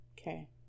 Okay